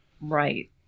Right